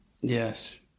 Yes